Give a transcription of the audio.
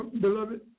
beloved